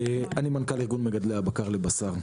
יהונתן הירשפלד, אני מנכ"ל ארגון מגדלי הבקר לבשר.